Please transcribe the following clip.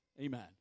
amen